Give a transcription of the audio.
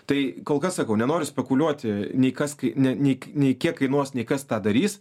tai kol kas sakau nenoriu spekuliuoti nei kas gi ne nikai nei kiek kainuos nei kas tą darys